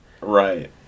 Right